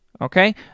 Okay